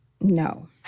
No